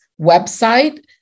website